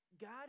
God